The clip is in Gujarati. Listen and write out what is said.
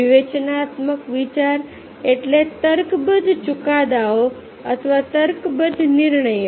વિવેચનાત્મક વિચાર એટલે તર્કબદ્ધ ચુકાદાઓ અથવા તર્કબદ્ધ નિર્ણયો